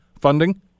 funding